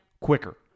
quicker